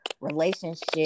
relationship